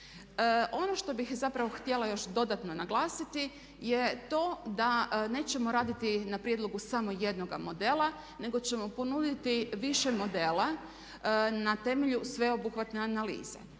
Ono što bih zapravo htjela još dodatno naglasiti je to da nećemo raditi na prijedlogu samo jednog modela nego ćemo ponuditi više modela na temelju sveobuhvatne analize.